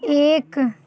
एक